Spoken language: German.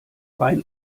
rein